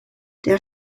der